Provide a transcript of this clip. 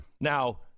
Now